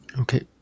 Okay